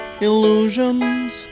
illusions